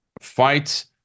fight